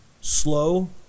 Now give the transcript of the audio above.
Slow